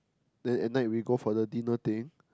then at night we go for the dinner thing